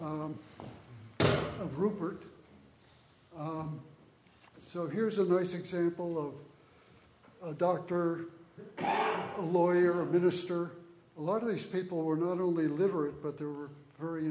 rupert so here's a nice example of a doctor a lawyer a minister a lot of these people were not only literate but they were very